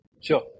Sure